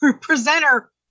presenter